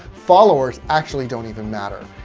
followers actually don't even matter.